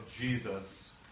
Jesus